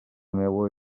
meua